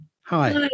hi